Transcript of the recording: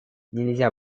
нельзя